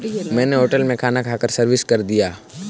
मैंने होटल में खाना खाकर सर्विस कर दिया है